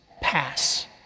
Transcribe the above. pass